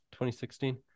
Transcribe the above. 2016